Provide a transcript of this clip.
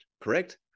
correct